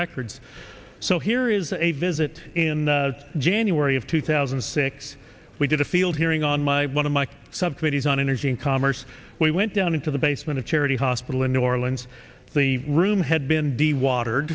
records so here is a visit in january of two thousand and six we did a field hearing on my one of my subcommittees on energy and commerce we went down into the basement of charity hospital in new orleans the room had been deal water